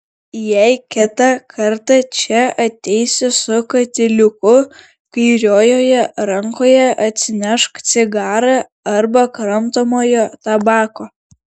jei kitą kartą čia ateisi su katiliuku kairiojoje rankoje atsinešk cigarą arba kramtomojo tabako